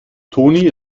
toni